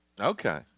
Okay